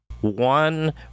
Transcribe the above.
one